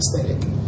aesthetic